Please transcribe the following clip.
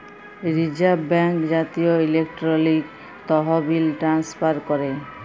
reserve bank জাতীয় electronic তহবিল transfer ক্যরে